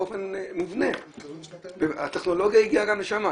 באופן מובנה הטכנולוגיה הגיעה גם לשם,